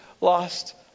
lost